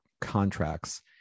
contracts